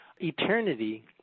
Eternity